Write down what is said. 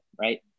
Right